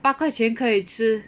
八块钱可以吃